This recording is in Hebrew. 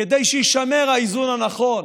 כדי שיישמר האיזון הנכון